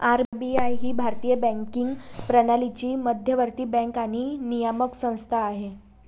RBI ही भारतीय banking प्रणालीची मध्यवर्ती बँक आणि नियामक संस्था आहे